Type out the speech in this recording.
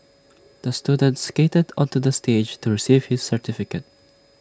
the student skated onto the stage to receive his certificate